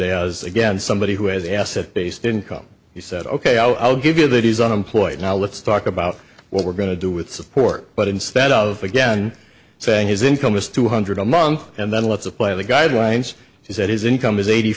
as again somebody who has asset based income he said ok i'll give you that he's unemployed now let's talk about what we're going to do with support but instead of again saying his income is two hundred a month and then let's apply the guidelines he said his income is eighty